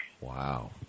Wow